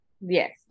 Yes